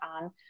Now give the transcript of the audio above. on